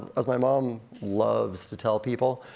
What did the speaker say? as my mom loves to tell people,